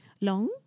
long